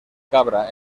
cabra